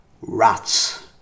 rats